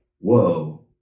whoa